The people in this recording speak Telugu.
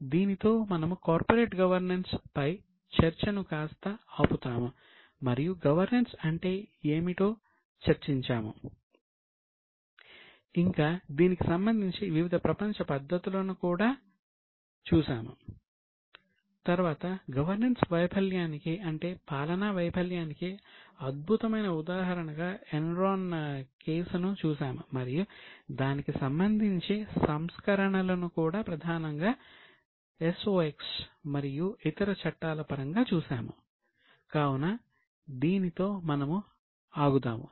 కాబట్టి దీనితో మనము కార్పొరేట్ గవర్నెన్స్ ను చూశాము మరియు దానికి సంబంధించి సంస్కరణలను ప్రధానంగా SOX మరియు ఇతర చట్టాల పరంగా చూశాము కావున దీనితో మనము ఆగుతాము